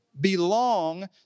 Belong